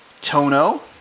Tono